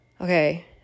Okay